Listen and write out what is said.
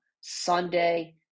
Sunday